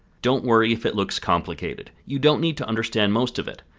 don't worry if it looks complicated, you don't need to understand most of it,